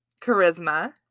Charisma